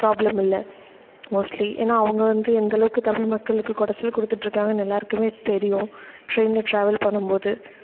problem இல்லை mostly ஏன்னால் அவங்க வந்து எந்தளவுக்கு தமிழ் மக்களுக்கு குடச்சல் கொடுத்துட்டு இருக்காங்கன்னு தெரியும் ட்ரெய்னில் டிராவல் பண்ணும் போது